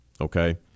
Okay